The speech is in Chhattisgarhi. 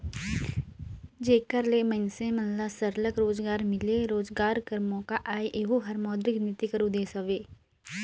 जेकर ले मइनसे मन ल सरलग रोजगार मिले, रोजगार कर मोका आए एहू हर मौद्रिक नीति कर उदेस हवे